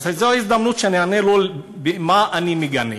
אז זו ההזדמנות שאני אענה לו מה אני מגנה.